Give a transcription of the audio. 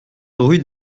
rue